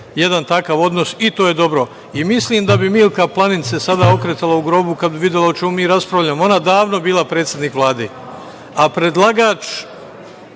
jedan takav odnos i to je dobro. Mislim da bi Milka Planinc se sada okretala u grobu kada bi videla o čemu mi raspravljamo. Ona je davno bila predsednik Vlade. Predlagač